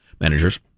managers